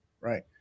Right